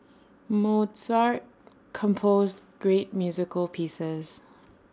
Mozart composed great musical pieces